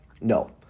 No